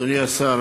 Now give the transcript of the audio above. אדוני השר,